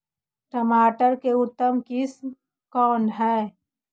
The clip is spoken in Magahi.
टमाटर के उतम किस्म कौन है?